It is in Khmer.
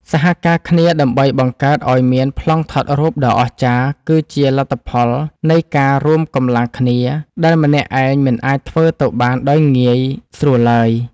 សហការគ្នាដើម្បីបង្កើតឱ្យមានប្លង់ថតរូបដ៏អស្ចារ្យគឺជាលទ្ធផលនៃការរួមកម្លាំងគ្នាដែលម្នាក់ឯងមិនអាចធ្វើទៅបានដោយងាយស្រួលឡើយ។